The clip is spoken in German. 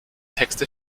texte